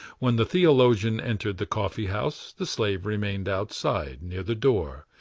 when the theologian entered the coffee-house, the slave remained outside, near the door,